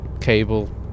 cable